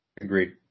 Agreed